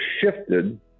shifted